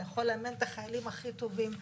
אתה יכול לאמן את החיילים הכי טובים,